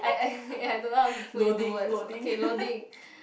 I I I don't know how to put into words okay loading